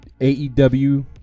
AEW